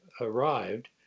arrived